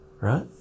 right